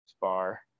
bar